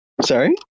Sorry